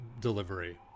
delivery